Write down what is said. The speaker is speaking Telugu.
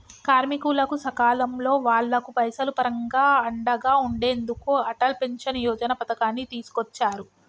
కార్మికులకు సకాలంలో వాళ్లకు పైసలు పరంగా అండగా ఉండెందుకు అటల్ పెన్షన్ యోజన పథకాన్ని తీసుకొచ్చారు